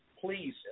please